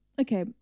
okay